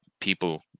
people